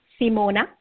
Simona